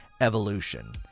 evolution